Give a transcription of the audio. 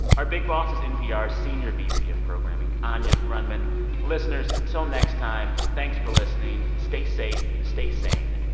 our big boss is npr's senior vp of programming anya grundmann listeners, till next time, thanks for listening. stay safe. stay sane.